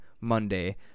monday